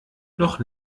noch